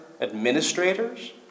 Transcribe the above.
administrators